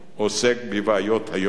עוסק בבעיות היום-יום,